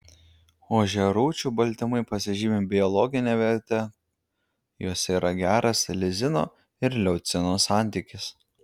ožiarūčių baltymai pasižymi biologine verte juose yra geras lizino ir leucino santykis